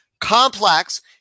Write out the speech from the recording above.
complex